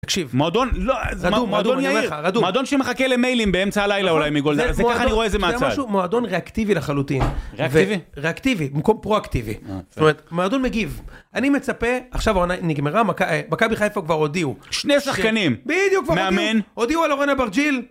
תקשיב, מועדון יהיר, מועדון שמחכה למיילים באמצע הלילה אולי מגולדהר, זה ככה אני רואה איזה מצד. זה היה משהו מועדון ריאקטיבי לחלוטין. ריאקטיבי? ריאקטיבי, במקום פרו-אקטיבי. זאת אומרת, מועדון מגיב, אני מצפה, עכשיו העונה נגמרה, מכבי חיפה כבר הודיעו. שני שחקנים. בדיוק כבר הודיעו, הודיעו על אורן אברג'יל.